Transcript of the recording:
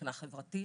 מבחינה חברתית,